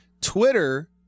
Twitter